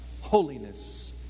holiness